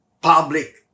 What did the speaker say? public